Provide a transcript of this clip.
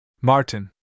Martin